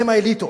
הם האליטות.